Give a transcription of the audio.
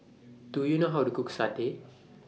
Do YOU know How to Cook Satay